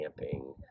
camping